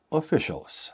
officials